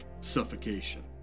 suffocation